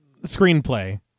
screenplay